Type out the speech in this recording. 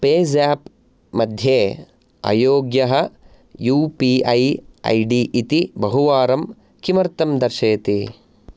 PayZapp मध्ये अयोग्यः U P I I D इति बहुवारं किमर्थं दर्शयति